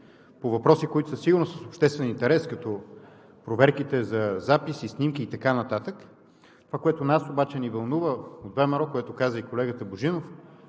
по въпроси, които със сигурност са от обществен интерес, като проверките за записи, снимки и така нататък. Това, което нас обаче ни вълнува от ВМРО, което каза и колегата Божинов,